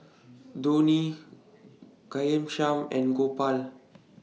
Dhoni Ghanshyam and Gopal